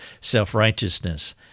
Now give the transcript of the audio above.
self-righteousness